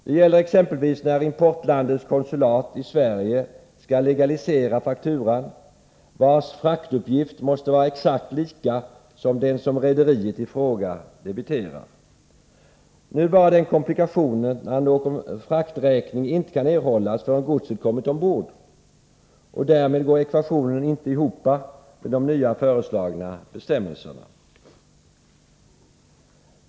Det gäller exempelvis när importlandets konsulat i Sverige skall legalisera fakturan, vars fraktuppgift måste vara exakt lika som den som rederiet i fråga anger. Nu är det bara den komplikationen att någon frakträkning inte kan erhållas förrän godset kommit ombord — och därmed går ekvationen inte ihop med de nya föreslagna bestämmelserna.